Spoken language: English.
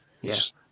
Yes